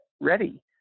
ready